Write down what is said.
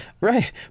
right